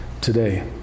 today